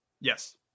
Yes